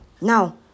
Now